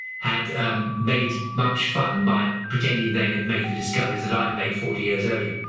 had made much fun by pretending they had made the discoveries that i'd made forty years earlier.